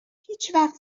هیچوقت